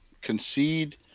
concede